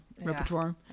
repertoire